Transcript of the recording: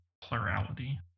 plurality